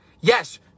Yes